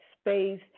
space